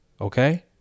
Okay